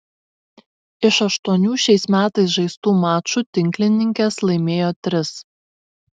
iš aštuonių šiais metais žaistų mačų tinklininkės laimėjo tris